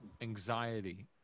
anxiety